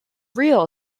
real